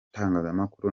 itangazamakuru